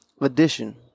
edition